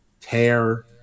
tear